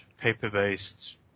paper-based